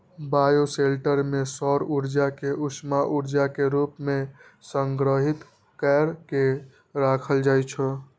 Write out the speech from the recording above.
bioshelter मे सौर ऊर्जा कें उष्मा ऊर्जा के रूप मे संग्रहीत कैर के राखल जाइ छै